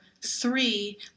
Three